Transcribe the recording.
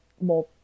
more